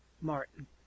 Martin